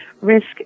risk